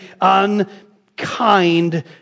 unkind